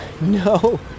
no